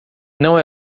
não